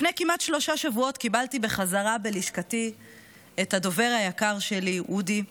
לפני כמעט שלושה שבועות קיבלתי חזרה בלשכתי את הדובר היקר שלי אודי,